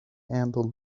handle